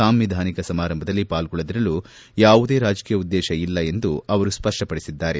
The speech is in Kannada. ಸಾಂವಿಧಾನಿಕ ಸಮಾರಂಭದಲ್ಲಿ ಪಾಲ್ಗೊಳ್ಳದಿರಲು ಯಾವುದೇ ರಾಜಕೀಯ ಉದ್ದೇಶ ಇಲ್ಲ ಎಂದು ಅವರು ಸ್ವಪ್ನಪಡಿಸಿದ್ದಾರೆ